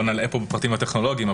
לא נלאה פה בפרטים הטכנולוגיים,